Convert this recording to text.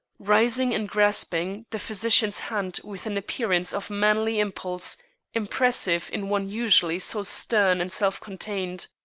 rising and grasping the physician's hand with an appearance of manly impulse impressive in one usually so stern and self contained,